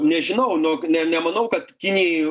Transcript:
nežinau nu nemanau kad kinijai